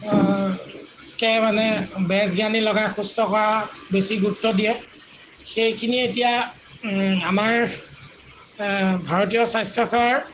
কে মানে বেজ জ্ঞানী লগাই সুস্থ কৰাত বেছি গুৰুত্ব দিয়ে সেইখিনি এতিয়া আমাৰ ভাৰতীয় স্বাস্থ্যসেৱাৰ